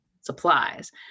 supplies